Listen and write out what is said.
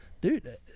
Dude